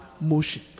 motion